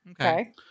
Okay